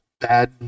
bad